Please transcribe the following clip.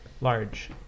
Large